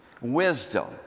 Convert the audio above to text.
Wisdom